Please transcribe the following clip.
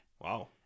Wow